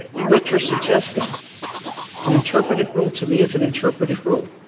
what you're suggesting an interpretative rule to me is an interpretative rule.